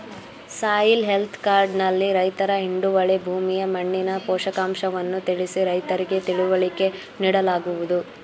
soil health card ನಲ್ಲಿ ರೈತರ ಹಿಡುವಳಿ ಭೂಮಿಯ ಮಣ್ಣಿನ ಪೋಷಕಾಂಶವನ್ನು ತಿಳಿಸಿ ರೈತರಿಗೆ ತಿಳುವಳಿಕೆ ನೀಡಲಾಗುವುದು